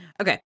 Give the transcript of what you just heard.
Okay